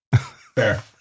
Fair